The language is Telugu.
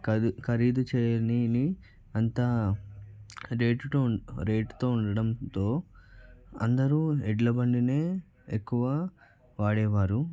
ఖరీదు చేయనివి అంతా రేటుతో రేటుతో ఉండడంతో అందరూ ఎడ్ల బండినే ఎక్కువగా వాడేవారు